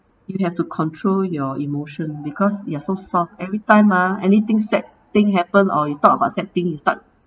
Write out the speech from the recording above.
you have to control your emotion because you are so soft every time ah anything sad thing happen or you talk about sad thing you start